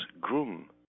groom